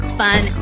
fun